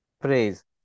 phrase